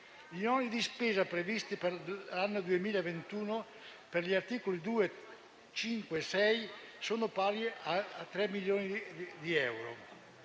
Gli oneri di spesa previsti per l'anno 2021, per gli articoli 2, 5 e 6, sono pari a 3 milioni di euro.